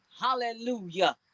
Hallelujah